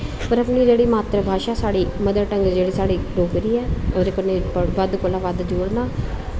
पर अपनी जेह्ड़ी मात्तर भाशा ऐ मदर टंग जेह्ड़ी साढ़ी डोगरी ऐ ओह्दे कन्नै बद्ध कोला बद्ध जुड़ना